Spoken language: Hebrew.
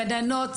גננות,